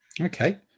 Okay